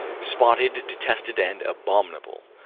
spotted, detested, and abominable.